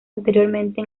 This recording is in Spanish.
anteriormente